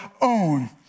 own